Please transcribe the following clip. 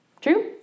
True